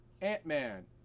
Ant-Man